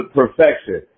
perfection